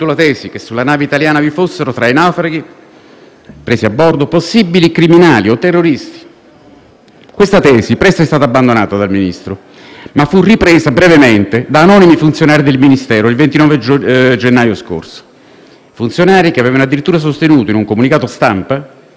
Questa tesi presto è stata abbandonata dal Ministro, ma fu ripresa brevemente da anonimi funzionari del Ministero il 29 gennaio scorso, funzionari che avevano addirittura sostenuto, in un comunicato stampa alla Adnkronos, che i magistrati inquirenti non avrebbero tenuto conto delle dichiarazioni da loro rese in tal senso.